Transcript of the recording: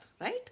Right